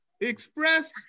Express